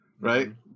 right